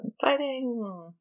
fighting